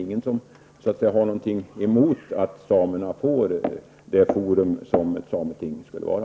Ingen är ju emot att samerna får det forum som ett sameting skulle vara.